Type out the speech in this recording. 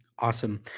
Awesome